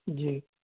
जी